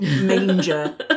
manger